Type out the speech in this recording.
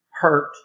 hurt